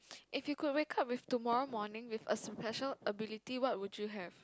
if you could wake up with tomorrow morning with a special ability what would you have